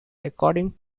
according